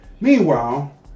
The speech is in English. Meanwhile